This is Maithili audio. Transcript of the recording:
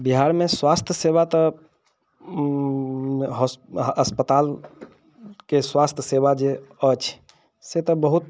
बिहारमे स्वास्थ सेवा तऽ हस अस्पताल के स्वास्थ सेवा जे अछि से तऽ बहुत